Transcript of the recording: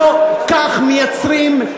לא כך מייצרים,